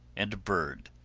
and a bird.